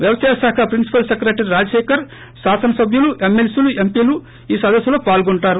వ్యవసాయ శాఖ principal secretary Rajasekhar శాసన సభ్యులు ఎమ్మె లీలు ఏంపీలు ఈ సదస్సులో పాల్గొంటారు